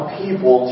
people